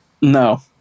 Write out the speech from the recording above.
No